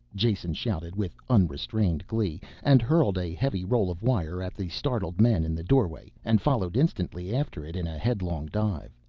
jason shouted with unrestrained glee and hurled a heavy roll of wire at the startled men in the doorway and followed instantly after it in a headlong dive.